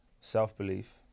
self-belief